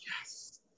yes